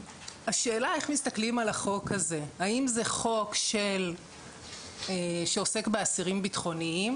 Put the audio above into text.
השאלה היא איך מסתכלים על החוק הזה האם זה חוק שעוסק באסירים בטחוניים